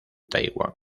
taiwán